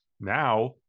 now